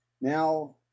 Now